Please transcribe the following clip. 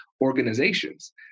organizations